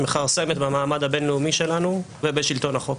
מכרסמת במעמד הבין-לאומי שלנו ובשלטון החוק.